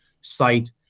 site